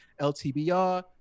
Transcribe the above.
LTBR